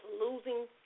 losing